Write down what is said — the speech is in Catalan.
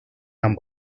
amb